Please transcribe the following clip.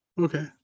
okay